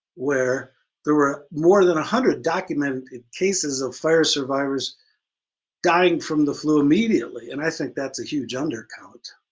where there were more than a hundred documented cases of fire survivors dying from the flu immediately, and i think that's a huge undercount.